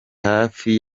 hafi